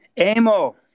Amo